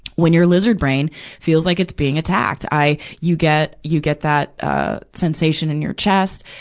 when your lizard brain feels like it's being attacked. i, you get, you get that, ah, sensation in your chest,